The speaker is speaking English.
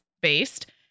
based